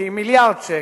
שהיא מיליארד שקל,